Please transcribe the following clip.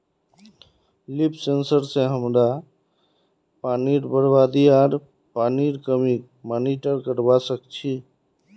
leaf sensor स हमरा पानीर बरबादी आर पानीर कमीक मॉनिटर करवा सक छी